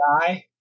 die